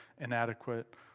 inadequate